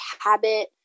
habit